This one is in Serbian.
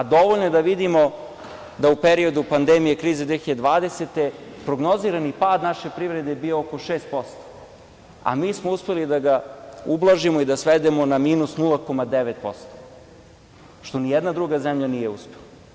Dovoljno je da vidimo da u periodu pandemije krize 2020. godine prognozirani pad naše privrede je bio oko 6%, a mi smo uspeli da ga ublažimo i da svedemo na minus 0,9%, što nijedna druga zemlja nije uspela.